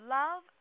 love